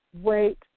wait